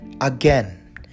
Again